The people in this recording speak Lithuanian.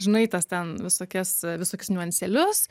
žinai tas ten visokias visokius niuansėlius